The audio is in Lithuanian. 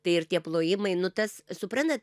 tai ir tie plojimai nu tas suprantat